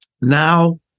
Now